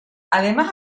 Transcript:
además